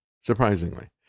surprisingly